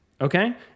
okay